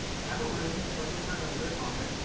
have a rim or some kinda lip on it,